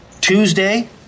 Tuesday